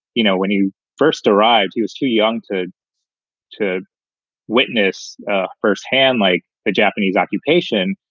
you know, when he first arrived, he was too young to to witness firsthand like the japanese occupation.